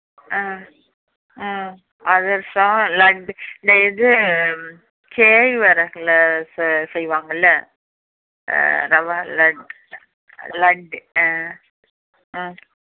ஆ ஆ அதிரசம் லட்டு இந்த இது கேழ்வரகில் செ செய்வாங்கள்லே ரவாலட்டு லட்டு ஆ ம்